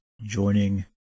joining